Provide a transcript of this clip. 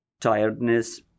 tiredness